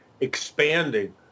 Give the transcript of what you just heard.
expanding